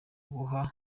guha